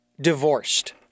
divorced